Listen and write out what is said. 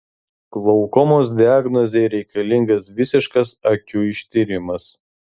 glaukomos diagnozei reikalingas visiškas akių ištyrimas